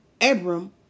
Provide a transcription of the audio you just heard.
Abram